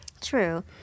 True